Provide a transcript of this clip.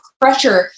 pressure